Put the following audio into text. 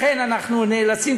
לכן אנחנו נאלצים,